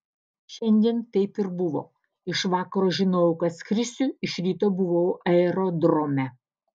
šiandien taip ir buvo iš vakaro žinojau kad skrisiu iš ryto buvau aerodrome